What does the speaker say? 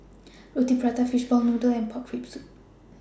Roti Prata Fishball Noodle and Pork Rib Soup